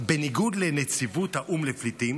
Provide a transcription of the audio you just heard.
בניגוד לנציבות האו"ם לפליטים,